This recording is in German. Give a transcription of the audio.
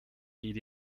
geht